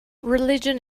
religion